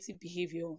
behavior